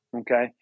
okay